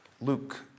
Luke